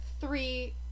three